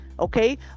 Okay